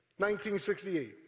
1968